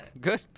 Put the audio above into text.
good